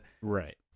right